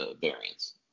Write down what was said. variants